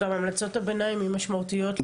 המלצות הביניים גם משמעותיות.